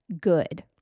good